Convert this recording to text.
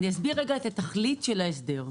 אני אסביר את התכלית של ההסדר.